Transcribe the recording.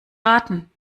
raten